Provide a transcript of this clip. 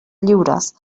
lliures